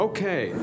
Okay